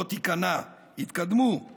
לא תיכנע / התקדמו! //